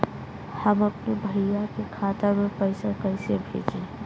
हम अपने भईया के खाता में पैसा कईसे भेजी?